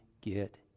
get